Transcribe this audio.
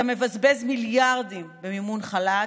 אתה מבזבז מיליארדים במימון חל"ת,